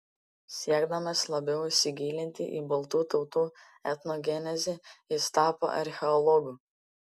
siekdamas labiau įsigilinti į baltų tautų etnogenezę jis tapo archeologu